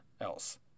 else